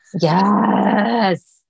yes